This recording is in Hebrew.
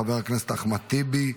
חבר הכנסת אחמד טיבי,